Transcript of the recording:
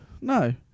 No